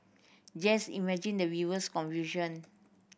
just imagine the viewer's confusion